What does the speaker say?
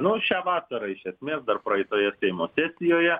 nu šią vasarą iš esmės dar praeitoje eimo sesijoje